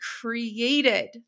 created